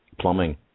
plumbing